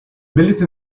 bellezze